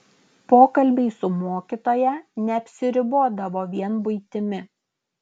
pokalbiai su mokytoja neapsiribodavo vien buitimi